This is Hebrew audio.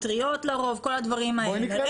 הפטריות וכל הדברים האלה.